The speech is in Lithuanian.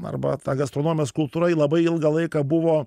arba ta gastronomijos kultūra ji labai ilgą laiką buvo